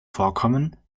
vorkommen